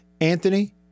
Anthony